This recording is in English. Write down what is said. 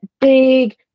big